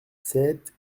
sept